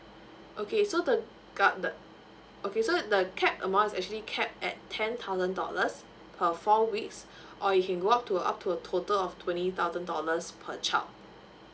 okay so the ga~ the okay so the cap amount is actually cap at ten thousand dollars per four weeks or you can go up to up to a total of twenty thousand dollars per child